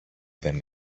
δεν